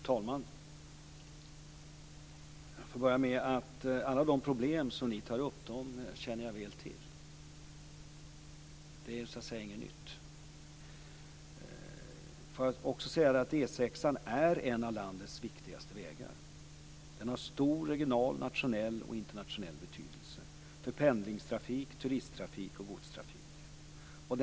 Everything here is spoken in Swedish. Fru talman! Jag får börja med att säga att alla de problem som ni tar upp känner jag väl till. Det är så att säga inget nytt. Får jag också säga att E 6:an är en av landets viktigaste vägar. Den har stor regional, nationell och internationell betydelse för pendlingstrafik, turisttrafik och godstrafik.